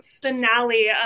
finale